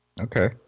Okay